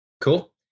Cool